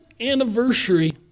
anniversary